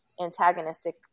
antagonistic